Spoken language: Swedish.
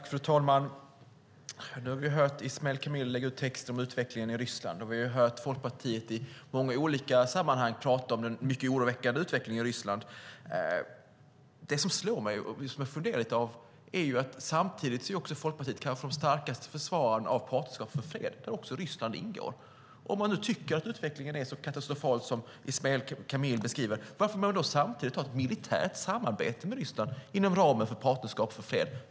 Fru talman! Nu har vi hört Ismail Kamil lägga ut texten om utvecklingen i Ryssland, och vi har hört Folkpartiet i många olika sammanhang prata om den mycket oroväckande utvecklingen i Ryssland. Det som slår mig är att Folkpartiet samtidigt är den kanske starkaste försvararen av Partnerskap för fred, där också Ryssland ingår. Om man nu tycker att utvecklingen är så katastrofal som Ismail Kamil beskriver, varför vill man då samtidigt ha ett militärt samarbete med Ryssland inom ramen för Partnerskap för fred?